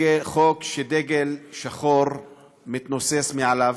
חוק שדגל שחור מתנוסס מעליו,